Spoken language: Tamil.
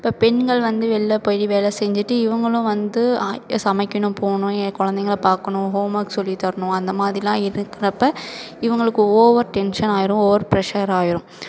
இப்போ பெண்கள் வந்து வெளில போய் வேலை செஞ்சுட்டு இவங்களும் வந்து சமைக்கணும் போகணும் ஏன் குழந்தைங்கள பார்க்கணும் ஹோம் வொர்க் சொல்லித்தரணும் அந்த மாதிரிலாம் இருக்கிறப்ப இவங்களுக்கு ஓவர் டென்ஷன் ஆகிரும் ஓவர் ப்ரஷர் ஆகிரும்